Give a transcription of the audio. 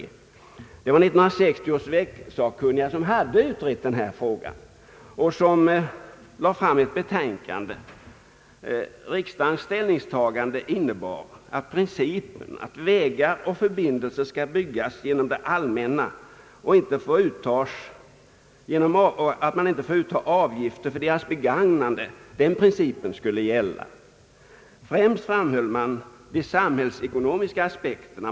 1960 års vägsakkunniga hade då utrett frågan och lagt fram ett betänkande. Riksdagens ställningstagande innebar att vi i vårt land skall tillämpa principen att vägar skall byggas av det allmänna och att man inte får utta avgifter för deras begagnande. Främst framhöll man de samhällsekonomiska aspekterna.